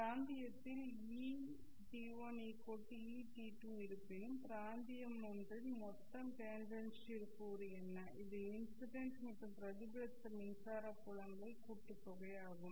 பிராந்தியத்தில் Et1Et2 இருப்பினும் பிராந்திய ஒன்றில் மொத்த டேன்ஜென்ஷியல் கூறு என்ன இது இன்சிடெண்ட் மற்றும் பிரதிபலித்த மின்சார புலங்கள் கூட்டுத்தொகை ஆகும்